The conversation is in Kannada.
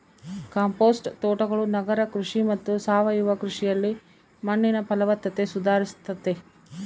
ಕಾಂಪೋಸ್ಟ್ ತೋಟಗಳು ನಗರ ಕೃಷಿ ಮತ್ತು ಸಾವಯವ ಕೃಷಿಯಲ್ಲಿ ಮಣ್ಣಿನ ಫಲವತ್ತತೆ ಸುಧಾರಿಸ್ತತೆ